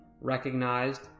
recognized